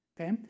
okay